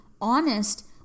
honest